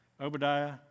Obadiah